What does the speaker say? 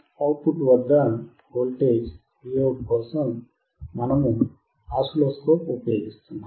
output వద్ద voltage Vout కోసం మనము ఆసిలోస్కోప్ ఉపయోగిస్తున్నాము